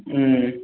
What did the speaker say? ம்